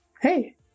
Hey